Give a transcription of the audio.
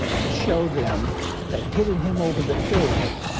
to show them that hitting him over the head